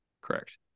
Correct